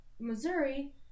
Missouri